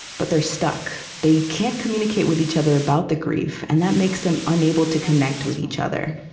but they're stuck they can't communicate with each other about the grief. and that makes them unable to connect with each other